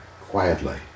quietly